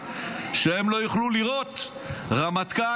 שהם לא יוכלו לראות רמטכ"ל,